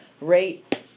rate